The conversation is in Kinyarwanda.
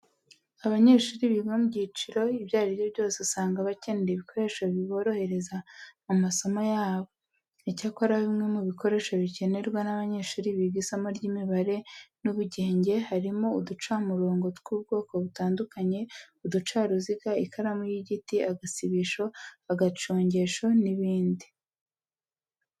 Abanyeshuri biga mu byiciro ibyo ari byo byose usanga bakenera ibikoresho biborohereza mu masomo yabo. Icyakora bimwe mu bikoresho bikenerwa n'abanyeshuri biga isomo ry'imibare n'ubugenge harimo uducamurongo tw'ubwoko butandukanye, uducaruziga, ikaramu y'igiti, agasibisho, agacongesho n'ibindi.